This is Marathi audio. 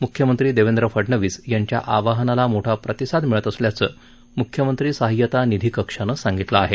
म्ख्यमंत्री देवेंद्र फडनवीस यांच्या आवाहनाला मोठा प्रतिसाद मिळत असल्याचं म्ख्यमंत्री सहाय्यता निधी कक्षानं सांगितलं आहे